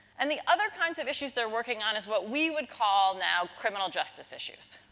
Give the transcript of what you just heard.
and, the other kinds of issues they're working on is what we would call now criminal justice issues,